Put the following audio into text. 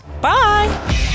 Bye